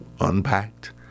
unpacked